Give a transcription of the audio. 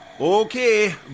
Okay